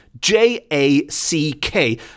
J-A-C-K